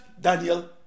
Daniel